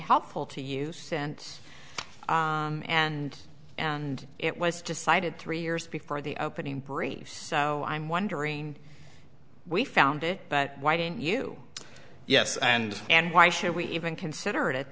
helpful to use and and and it was decided three years before the opening brief so i'm wondering we found it but why didn't you yes and and why should we even consider it at